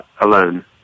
alone